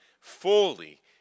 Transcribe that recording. fully